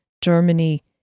Germany